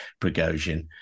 Prigozhin